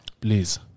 Please